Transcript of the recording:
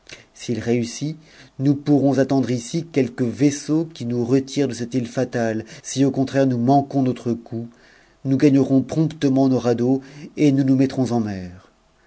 s'il réussit nous pourrons attendre ici quelque vaisseau qui nous retire de cette île fatale si au contraire nous manquons notre coup nous gagnerons promptement nos radeaux et nous nous mettrons en mer